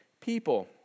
people